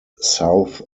south